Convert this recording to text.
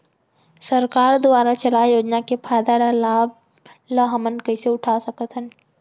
सरकार दुवारा चलाये योजना के फायदा ल लाभ ल हमन कइसे उठा सकथन?